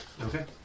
Okay